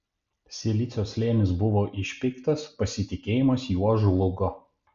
silicio slėnis buvo išpeiktas pasitikėjimas juo žlugo